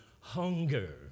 hunger